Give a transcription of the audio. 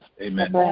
Amen